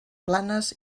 planes